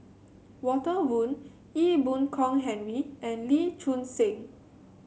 Walter Woon Ee Boon Kong Henry and Lee Choon Seng